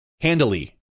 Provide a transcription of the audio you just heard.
handily